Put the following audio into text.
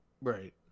Right